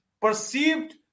perceived